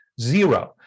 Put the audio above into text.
zero